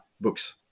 books